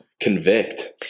convict